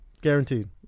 guaranteed